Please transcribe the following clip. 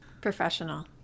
Professional